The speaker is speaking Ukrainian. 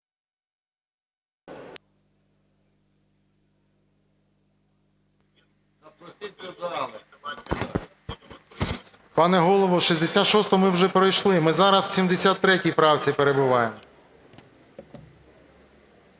Пане Голово, 66-у ми вже пройшли, ми зараз на 73 правці перебуваємо.